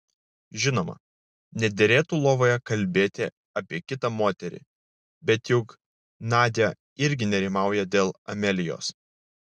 žinoma nederėtų lovoje kalbėti apie kitą moterį bet juk nadia irgi nerimauja dėl amelijos